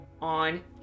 on